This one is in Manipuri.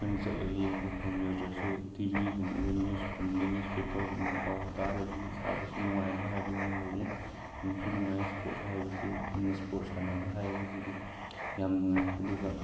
ꯑꯩꯈꯣꯏꯅ ꯆꯠꯂꯒ ꯌꯦꯡꯕ ꯐꯪꯖꯗ꯭ꯔꯁꯨ ꯇꯤꯕꯤꯒꯨꯝꯕꯗ ꯅꯤꯎꯁꯀꯨꯝꯕꯗ ꯅꯤꯎꯁꯄꯦꯄꯔꯒꯨꯝꯕꯗ ꯄꯥꯎ ꯇꯥꯔꯗꯤ ꯏꯁꯥꯗꯁꯨ ꯅꯨꯡꯉꯥꯏꯕ ꯍꯥꯏꯕꯗꯨ ꯑꯃ ꯂꯩ ꯅꯨꯡꯁꯨ ꯅꯨꯡꯉꯥꯏ ꯁ꯭ꯄꯣꯔꯠ ꯍꯥꯏꯕꯁꯤ ꯑꯗꯨꯅ ꯁ꯭ꯄꯣꯔꯠꯁ ꯁꯥꯟꯅꯕ ꯍꯥꯏꯕꯁꯤꯗꯤ ꯌꯥꯝ ꯅꯨꯡꯉꯥꯏ ꯑꯗꯨꯒ